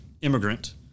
immigrant